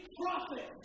profit